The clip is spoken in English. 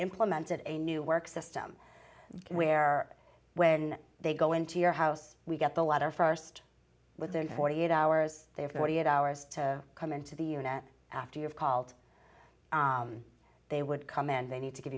implemented a new work system where when they go into your house we get the letter st within forty eight hours they have forty eight hours to come into the unit after you have called they would come in they need to give